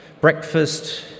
breakfast